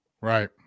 Right